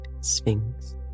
Sphinx